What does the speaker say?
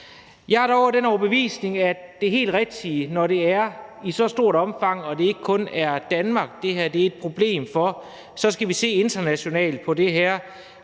Jeg er dog af den overbevisning, at det helt rigtige er, at når det er i så stort omfang, og når det ikke kun er Danmark, det her er et problem for, så skal vi se internationalt på det her,